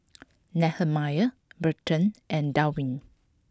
Nehemiah Burton and Dwaine